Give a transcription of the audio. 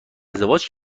ازدواج